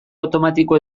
automatiko